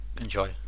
enjoy